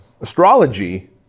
astrology